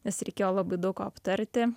nes reikėjo labai daug ką aptarti